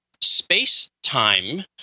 space-time